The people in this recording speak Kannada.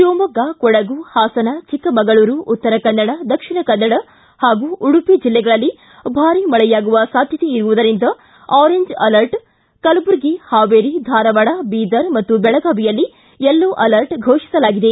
ಶಿವಮೊಗ್ಗ ಕೊಡಗು ಹಾಸನ ಚಿಕ್ಕಮಗಳೂರು ಉತ್ತರ ಕನ್ನಡ ದಕ್ಷಿಣ ಕನ್ನಡ ಹಾಗೂ ಉಡುಪಿ ಜಿಲ್ಲೆಗಳಲ್ಲಿ ಭಾರಿ ಮಳೆಯಾಗುವ ಸಾಧ್ಯತೆ ಇರುವುದರಿಂದ ಆರೆಂಜ್ ಅಲರ್ಟ್ ಕಲಬುರ್ಗಿ ಹಾವೇರಿ ಧಾರವಾಡ ಬೀದರ್ ಮತ್ತು ಬೆಳಗಾವಿಯಲ್ಲಿ ಯೆಲ್ಲೊ ಅಲರ್ಟ್ ಫೋಷಿಸಲಾಗಿದೆ